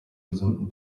gesunden